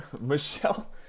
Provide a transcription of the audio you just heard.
michelle